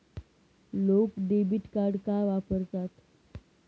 लोक debit card का वापरतात?